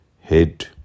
Head